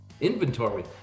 inventory